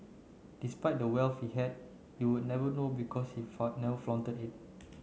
despite the wealth he had you would never know because he never flaunted it